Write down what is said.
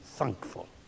thankful